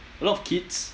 a lot of kids